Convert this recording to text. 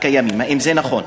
האם זה נכון?